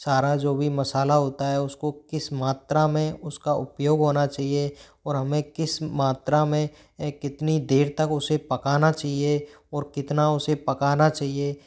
सारा जो भी मसाला होता है उस को किस मात्रा में उस का उपयोग होना चाहिए और हमें किस मात्रा में कितनी देर तक उसे पकाना चाहिए और कितना उसे पकाना चाहिए